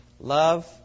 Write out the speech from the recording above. Love